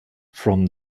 from